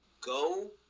go